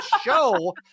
show